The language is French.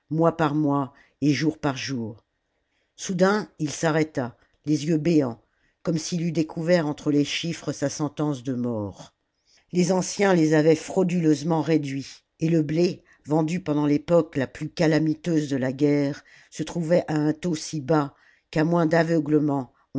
par mois et jour par jour soudain il s'arrêta les yeux béants comme s'il eût découvert entre les chiffres sa semence de mort les anciens les avaient frauduleusement réduits et le blé vendu pendant l'époque la plus calamiteuse de la guerre se trouvait à un taux si bas qu'à moins d'aveuglement